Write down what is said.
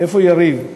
איפה יריב?